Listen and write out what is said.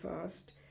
fast